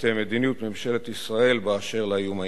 מדיניות ממשלת ישראל באשר לאיום האירני.